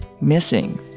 missing